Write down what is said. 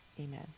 amen